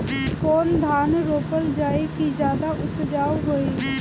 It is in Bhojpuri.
कौन धान रोपल जाई कि ज्यादा उपजाव होई?